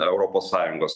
europos sąjungos